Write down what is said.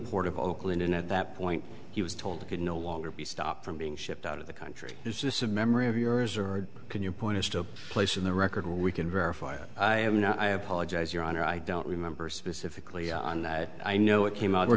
port of oakland and at that point he was told it could no longer be stopped from being shipped out of the country is this a memory of yours or can you point us to a place in the record we can verify i have and i apologize your honor i don't remember specifically on that i know it came out we're